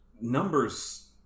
Numbers